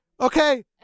okay